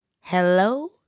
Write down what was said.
Hello